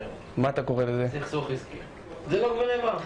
שגנבו מהם סכומי כסף שאתם לא מאמינים,